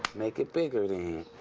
make it bigger then.